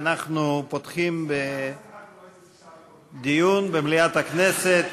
אנחנו פותחים בדיון במליאת הכנסת,